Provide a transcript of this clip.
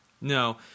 no